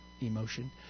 emotion